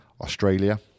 Australia